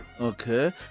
Okay